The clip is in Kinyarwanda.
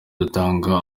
dutanga